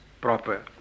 proper